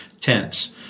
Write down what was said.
tense